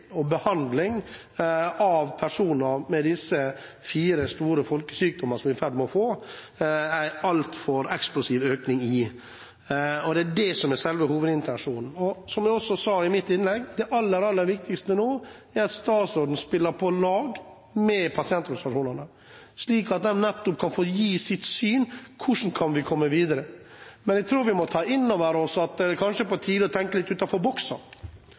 fire store folkesykdommene som vi er i ferd med å få en altfor eksplosiv økning i. Det er dette som er selve hovedintensjonen. Som jeg også sa i mitt innlegg: Det aller, aller viktigste nå er at statsråden spiller på lag med pasientorganisasjonene, slik at de kan få gi sitt syn på hvordan vi kan komme videre. Men jeg tror vi må ta innover oss at det kanskje er på tide å tenke litt